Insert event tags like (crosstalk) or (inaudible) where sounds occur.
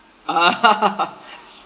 (laughs)